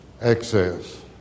excess